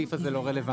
הסעיף הזה לא רלוונטי,